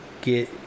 Get